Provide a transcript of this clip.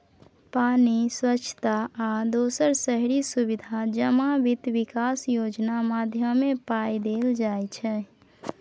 पानि, स्वच्छता आ दोसर शहरी सुबिधा जमा बित्त बिकास योजना माध्यमे पाइ देल जाइ छै